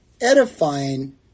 edifying